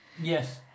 Yes